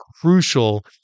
crucial